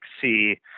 see